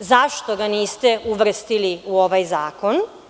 zašto ga niste uvrstili u ovaj zakon?